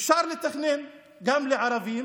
אפשר לתכנן גם לערבים